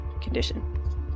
condition